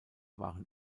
waren